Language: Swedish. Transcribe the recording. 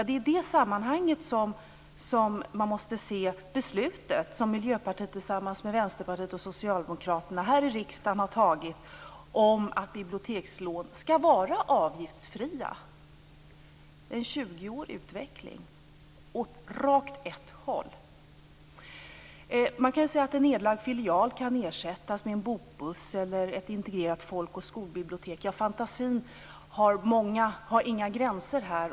Det är i detta sammanhang som man måste se det beslut som Miljöpartiet tillsammans med Vänsterpartiet och Socialdemokraterna har fattat här i riksdagen om att bibliotekslån skall vara avgiftsfria. Det har varit en 20-årig utveckling åt ett håll. Man kan säga att en nedlagd filial kan ersättas med en bokbuss eller med ett integrerat folk och skolbibliotek. Fantasin har inga gränser i detta sammanhang.